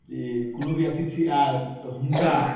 जे कोनो भी अतिथि आयल तऽ हुनका